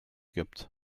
gibt